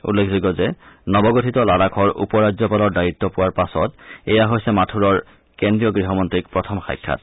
উল্লেখযোগ্য যে নৱগঠিত লাডাখৰ উপ ৰাজ্যপালৰ দায়িত্ব পোৱাৰ পাছত এয়া হৈছে মাথুৰৰ কেন্দ্ৰীয় গৃহমন্ত্ৰীক প্ৰথম সাক্ষাৎ